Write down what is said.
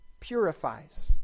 purifies